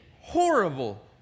horrible